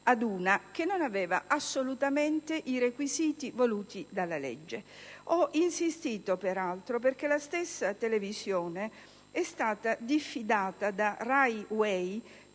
una, che non aveva assolutamente i requisiti voluti dalla legge. Ho insistito, peraltro, perché la stessa televisione è stata diffidata da RAI Way,